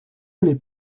many